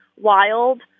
wild